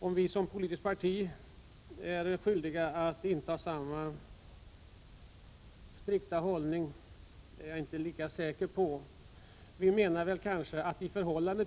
Däremot är jag inte lika säker på att vi som politiskt parti var skyldiga att inta samma strikta hållning.